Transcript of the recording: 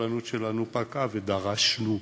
הסבלנות שלנו פקעה ודרשנו,